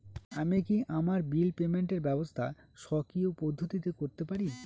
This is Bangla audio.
আমি কি আমার বিল পেমেন্টের ব্যবস্থা স্বকীয় পদ্ধতিতে করতে পারি?